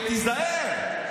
ותיזהר,